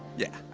yeah,